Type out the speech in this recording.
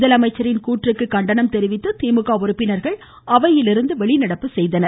முதலமைச்சரின் கூற்றுக்கு கண்டனம் தெரிவித்து திமுக உறுப்பினர்கள் அவையிலிருந்து வெளிநடப்பு செய்தனர்